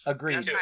Agreed